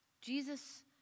Jesus